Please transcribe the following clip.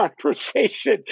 conversation